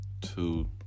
two